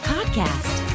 Podcast